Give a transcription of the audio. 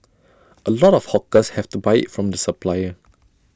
A lot of hawkers have to buy IT from the supplier